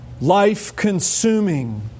life-consuming